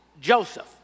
Joseph